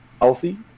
Healthy